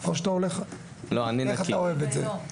איך אתה אוהב את זה?